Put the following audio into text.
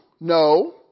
No